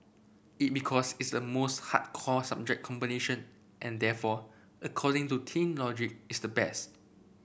it because it's a most hardcore subject combination and therefore according to teen logic it's the best